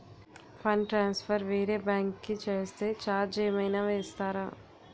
Fund transfer వేరే bank కి చేస్తే ఛార్జ్ ఏమైనా వేస్తారా?